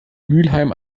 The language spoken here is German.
mülheim